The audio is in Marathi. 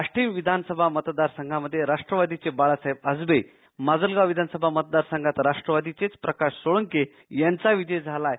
आष्टी विधानसभा मतदारसंघामध्ये राष्ट्रवादीचे बाळासाहेब अजबे माजलगाव विधानसभा मतदारसंघात राष्ट्रवादीचेच प्रकाश सोळंके यांचा विजय झालाय